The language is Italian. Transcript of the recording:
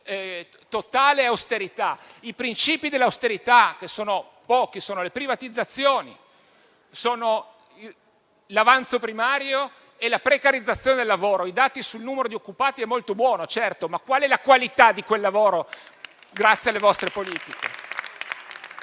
totale austerità. I principi dell'austerità, che sono pochi, sono le privatizzazioni, l'avanzo primario e la precarizzazione del lavoro. I dati sul numero di occupati sono molto buoni, certo, ma qual è la qualità di quel lavoro, grazie alle vostre politiche?